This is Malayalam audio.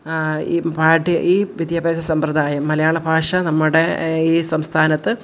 ഈ പാഠ്യ ഈ വിദ്യാഭ്യാസ സമ്പ്രദായം മലയാള ഭാഷ നമ്മുടെ ഈ സംസ്ഥാനത്ത്